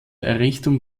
errichtung